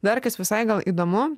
dar visai gal įdomu